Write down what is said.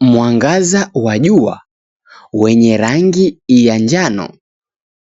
Mwangaza wa jua wenye rangi ya njano